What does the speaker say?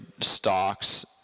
stocks